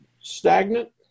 stagnant